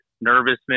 nervousness